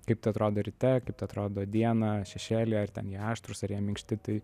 kaip tai atrodo ryte kaip tai atrodo dieną šešėlyje ar ten jie aštrūs ar jie minkšti tai